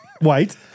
white